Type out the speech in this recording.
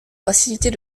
faciliter